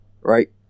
right